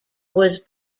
was